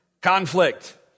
Conflict